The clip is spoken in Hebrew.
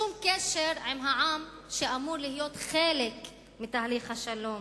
שום קשר עם העם שאמור להיות חלק מתהליך השלום.